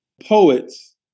poets